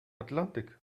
atlantik